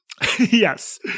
Yes